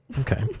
Okay